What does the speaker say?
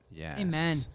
Amen